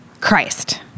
Christ